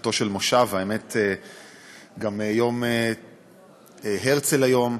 פתיחתו של כנס, והאמת, גם יום הרצל היום,